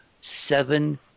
seven